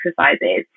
exercises